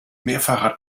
mehrfacher